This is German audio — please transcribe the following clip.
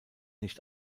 nicht